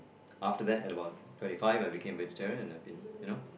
after that at about twenty five I became vegetarian and you know